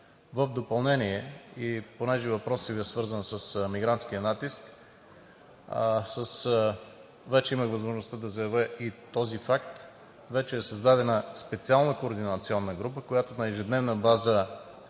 В допълнение и понеже въпросът Ви е свързан с мигрантския натиск, вече имах възможността да заявя и този факт – вече е създадена специална координационна група, която на ежедневна база